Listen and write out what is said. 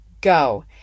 go